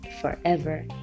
forever